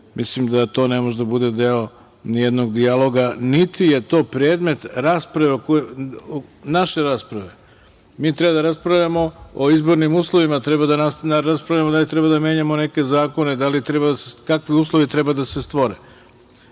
mislim da to ne može da bude deo nijednog dijaloga, niti je to predmet naše rasprave. Mi treba da raspravljamo o izbornim uslovima, treba da raspravljamo da li treba da menjamo neke zakone, da li treba i kakvi